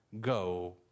go